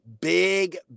big